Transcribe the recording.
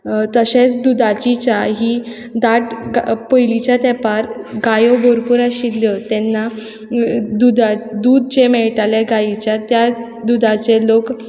तशेंच दुदाची च्या ही धाट पयलींच्या तेंपार गायो भरपूर आशिल्ल्यो तेन्ना दूद जें मेळटालें गायेचें त्या दुदाचें लोक